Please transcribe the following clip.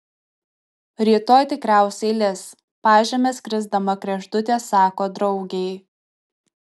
rytoj tikriausiai lis pažeme skrisdama kregždutė sako draugei